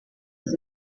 was